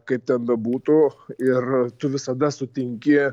kaip ten bebūtų ir tu visada sutinki